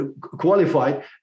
qualified